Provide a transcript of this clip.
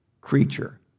creature